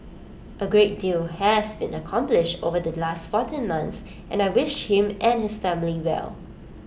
A great deal has been accomplished over the last fourteen months and I wish him and his family well